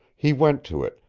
he went to it,